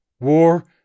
War